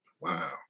Wow